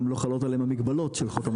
גם לא חלות עליהם המגבלות של חוק המזון.